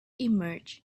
emerged